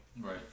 right